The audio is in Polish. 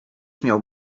miał